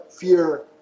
fear